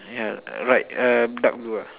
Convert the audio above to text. yeah right uh dark blue ah